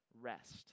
rest